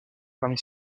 parmi